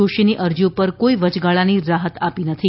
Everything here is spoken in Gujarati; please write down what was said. જોશીની અરજી પર કોઈ વયગાળાની રાહત આપી નથી